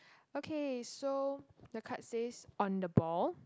okay so the card says on the ball